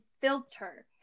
Filter